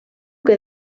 que